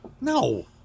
No